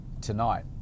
tonight